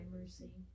mercy